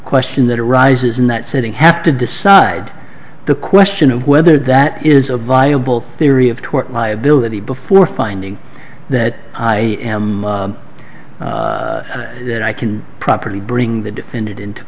question that arises in that setting have to decide the question of whether that is a viable theory of tort liability before finding that i am then i can properly bring the depend